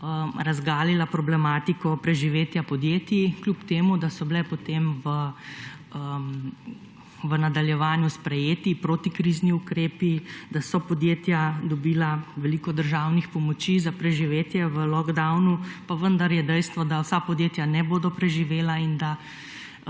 razgalila problematiko preživetja podjetij kljub temu, da so bile, potem v nadaljevanju sprejeti protikrizni ukrepi, da so podjetja dobila veliko državnih pomoči za preživetje v »lockdownu« pa, vendar je dejstvo, da vsa podjetja ne bodo preživela in da